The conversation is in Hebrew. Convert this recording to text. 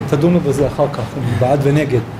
תדונו מזה אחר כך, בעד ונגד.